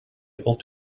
able